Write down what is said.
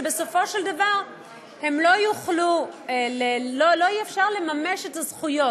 שבסופו של דבר לא יהיה אפשר לממש את הזכויות,